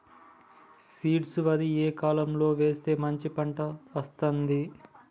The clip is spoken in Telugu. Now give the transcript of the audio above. సీడ్ వరి ఏ కాలం లో వేస్తే మంచి పంట వస్తది?